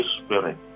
Spirit